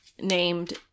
named